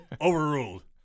Overruled